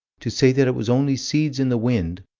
to say that it was only seeds in the wind,